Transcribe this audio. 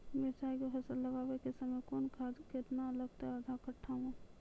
मिरचाय के फसल लगाबै के समय कौन खाद केतना लागतै आधा कट्ठा मे?